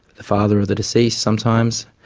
the father of the deceased sometimes,